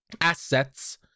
assets